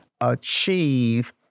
achieve